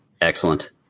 Excellent